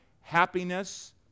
happiness